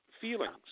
feelings